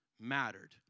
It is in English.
mattered